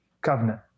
covenant